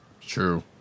True